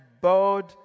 bowed